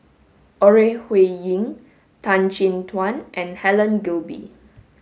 Ore Huiying Tan Chin Tuan and Helen Gilbey